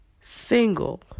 single